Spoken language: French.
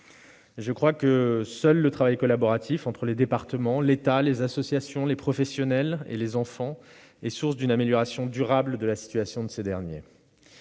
Je pense que seul un travail collaboratif entre l'État, les départements, les associations, les professionnels et les enfants est source d'améliorations durables de la situation de ces derniers.